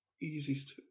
easiest